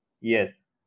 yes